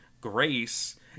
grace